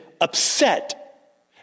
upset